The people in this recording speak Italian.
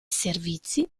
servizi